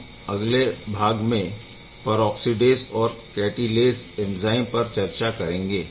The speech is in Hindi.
हम अगले भाग में परऑक्सीडेस और कैटालेस एंज़ाइम पर चर्चा करेंगे